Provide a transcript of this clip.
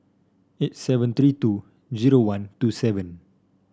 eight seven three two zero one two seven